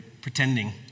Pretending